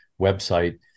website